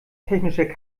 technischer